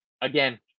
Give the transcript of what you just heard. Again